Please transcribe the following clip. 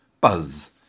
buzz